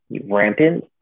rampant